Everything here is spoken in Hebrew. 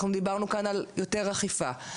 אנחנו דיברנו כאן על יותר אכיפה.